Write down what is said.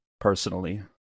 personally